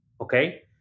Okay